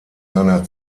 seiner